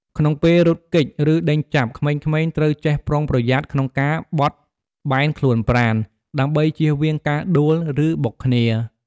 ក្នុងពេលរត់គេច ឬដេញចាប់ ក្មេងៗត្រូវចេះប្រុងប្រយ័ត្នក្នុងការបត់បែនខ្លួនប្រាណ ដើម្បីចៀសវាងការដួល ឬបុកគ្នា។